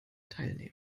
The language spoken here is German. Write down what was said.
teilnehmen